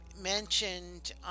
mentioned